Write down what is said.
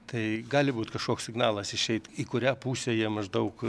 tai gali būt kažkoks signalas išeit į kurią pusę jie maždaug